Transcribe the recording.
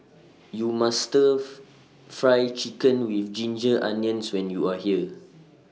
YOU must Stir of Fry Chicken with Ginger Onions when YOU Are here